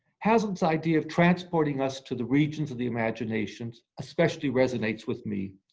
hazlitt's idea of transporting us to the regions of the imagination especially resonates with me,